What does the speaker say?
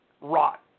rot